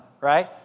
right